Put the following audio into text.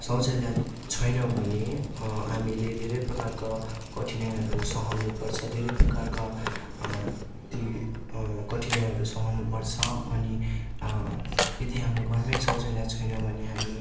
शौचाल्य छैन भने हामीले धेरै प्रकारको कठिनाइहरू सहनु पर्छ धेरै प्रकारका ती कठिनाइहरू सहनु पर्छ अनि यदि हाम्रो घरमै शौचाल्य छैन भने हामी